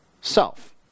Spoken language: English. self